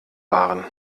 waren